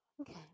Okay